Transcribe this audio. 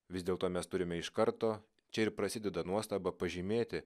vis dėl to mes turime iš karto čia ir prasideda nuostaba pažymėti